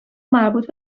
مربوط